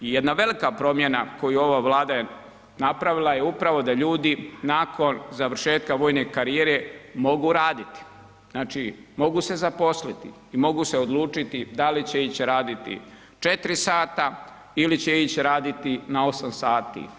I jedna velika promjena koju ova Vlada je napravila je upravo da ljudi nakon završetka vojne karijere mogu raditi, znači mogu se zaposliti i mogu se odlučiti da li će ići raditi 4 sata ili će ići raditi na 8 sati.